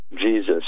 Jesus